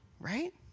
right